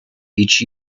each